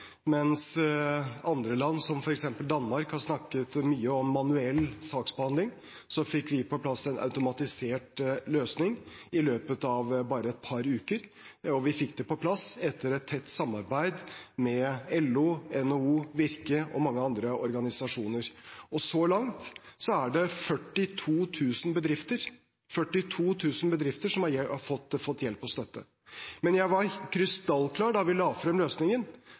Mens andre land, som f.eks. Danmark, har snakket mye om manuell saksbehandling, fikk vi på plass en automatisert løsning i løpet av bare et par uker, og vi fikk det på plass etter et tett samarbeid med LO, NHO, Virke og mange andre organisasjoner. Så langt er det 42 000 bedrifter – 42 000 bedrifter – som har fått hjelp og støtte. Men da vi la frem løsningen,